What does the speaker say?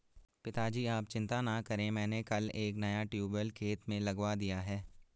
पिताजी आप चिंता ना करें मैंने कल एक नया ट्यूबवेल खेत में लगवा दिया है